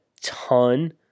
ton